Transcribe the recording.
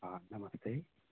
आ नमस्ते